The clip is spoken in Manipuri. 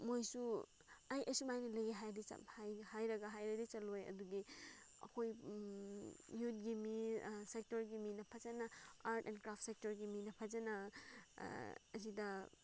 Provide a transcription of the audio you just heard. ꯃꯣꯏꯁꯨ ꯑꯩ ꯑꯦ ꯁꯨꯃꯥꯏꯅ ꯂꯩꯌꯦ ꯍꯥꯏꯗꯤ ꯍꯥꯏꯔꯒ ꯍꯥꯏꯔꯗꯤ ꯆꯠꯂꯣꯏ ꯑꯗꯨꯗꯤ ꯑꯩꯈꯣꯏ ꯌꯨꯠꯀꯤ ꯃꯤ ꯁꯦꯛꯇꯔꯒꯤ ꯃꯤꯅ ꯐꯖꯅ ꯑꯥꯔꯠ ꯑꯦꯟ ꯀ꯭ꯔꯥꯐ ꯁꯦꯛꯇꯔꯒꯤ ꯃꯤꯅ ꯐꯖꯅ ꯑꯁꯤꯗ